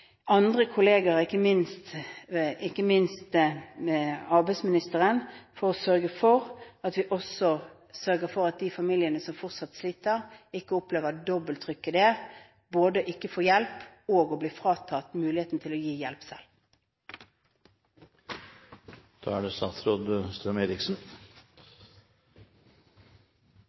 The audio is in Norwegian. andre kollegaer, ikke minst med arbeidsministeren, for å sørge for at også de familiene som fortsatt sliter, ikke opplever dobbelt trykk, både ikke å få hjelp og å bli fratatt muligheten til å gi hjelp